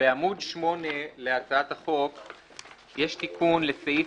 בעמוד 8 להצעת החוק יש תיקון לסעיף